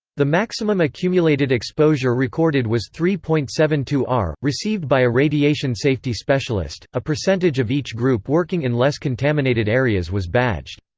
the maximum accumulated exposure recorded was three point seven two r, received by a radiation safety specialist a percentage of each group working in less contaminated areas was badged.